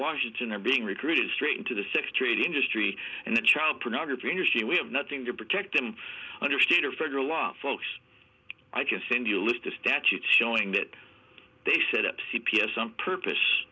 washington are being recruited straight into the sex trade industry and the child pornography industry we have nothing to protect them under state or federal law folks i can send you a list of statutes showing that they set up c p s some purpose